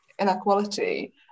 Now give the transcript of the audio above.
inequality